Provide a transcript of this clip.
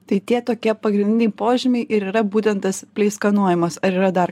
tai tie tokie pagrindiniai požymiai ir yra būtent tas pleiskanojimas ar yra dar